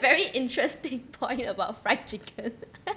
very interesting point about fried chicken